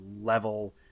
level